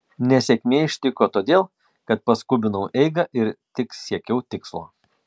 nesėkmė ištiko todėl kad paskubinau eigą ir tik siekiau tikslo